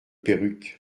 perruque